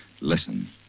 Listen